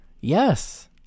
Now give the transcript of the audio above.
Yes